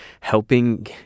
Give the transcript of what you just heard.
helping